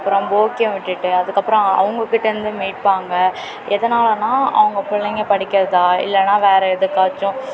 அப்றம் போக்கியம் விட்டுட்டு அதுக்கப்றம் அவங்கக்கிட்டேருந்து மீட்பாங்க எதனாலனால் அவங்க பிள்ளைங்க படிக்கிறதா இல்லைனா வேறே எதுக்காச்சும்